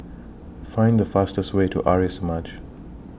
Find The fastest Way to Arya Samaj